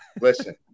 Listen